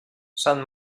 sant